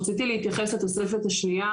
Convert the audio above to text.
רציתי להתייחס לתוספת השנייה,